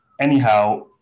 anyhow